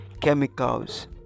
chemicals